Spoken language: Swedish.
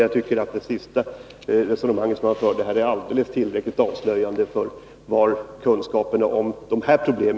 Jag tycker det sista som Alf Wennerfors sade avslöjar Alf Wennerfors dåliga kunskaper om dessa problem.